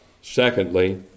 secondly